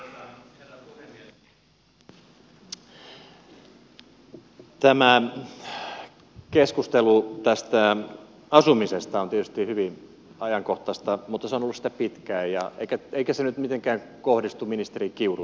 tämä keskustelu asumisesta on tietysti hyvin ajankohtaista mutta se on ollut sitä pitkään eikä se nyt mitenkään kohdistu ministeri kiuruun tietenkään